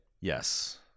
Yes